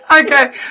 Okay